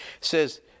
Says